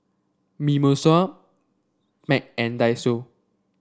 Mimosa Mac and Daiso